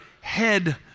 head